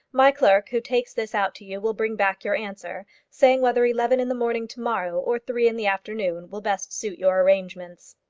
my clerk who takes this out to you will bring back your answer, saying whether eleven in the morning to-morrow or three in the afternoon will best suit your arrangements.